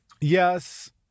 Yes